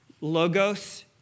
logos